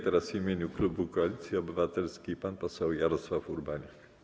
Teraz w imieniu klubu Koalicji Obywatelskiej pan poseł Jarosław Urbaniak.